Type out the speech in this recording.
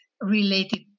related